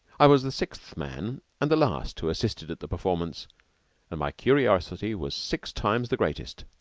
i was the sixth man and the last who assisted at the performance and my curiosity was six times the greatest.